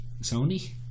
Sony